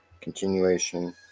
Continuation